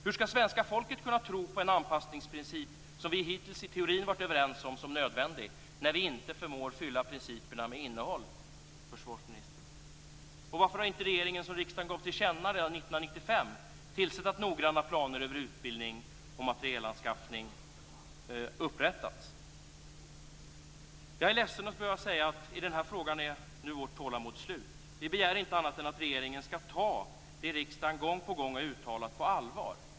Hur skall svenska folket kunna tro på den anpassningsprincip som vi hittills i teorin varit överens om såsom nödvändig, när ni inte förmår fylla principerna med innehåll, försvarsministern? Varför har inte regeringen, som riksdagen gav till känna önskemål om redan 1995, tillsett att noggranna planer över utbildning och materielanskaffning upprättats? Jag är ledsen att behöva säga att vårt tålamod i den här frågan nu är slut. Vi begär inte annat än att regeringen skall ta det som riksdagen gång på gång har uttalat på allvar.